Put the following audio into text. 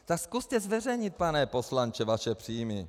Tak zkuste zveřejnit, pane poslanče, vaše příjmy.